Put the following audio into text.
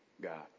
God